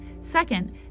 second